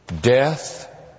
death